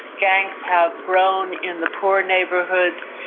gangs have grown in the poor neighbourhoods,